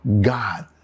God